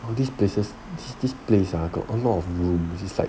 these places this place lah got a lot of suicide